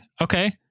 Okay